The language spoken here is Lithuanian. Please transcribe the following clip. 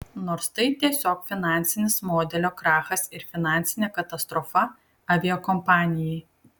nors tai tiesiog finansinis modelio krachas ir finansinė katastrofa aviakompanijai